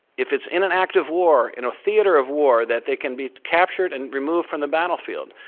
if it's in an active war in a theater of war that they can be captured and removed from the battlefield.